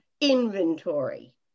inventory